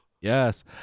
Yes